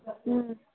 ꯎꯝ